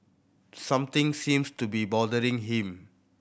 something seems to be bothering him